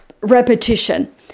repetition